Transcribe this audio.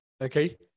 okay